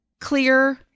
clear